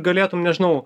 galėtum nežinau